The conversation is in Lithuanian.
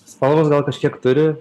spalvos gal kažkiek turi